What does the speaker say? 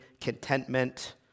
contentment